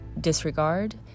disregard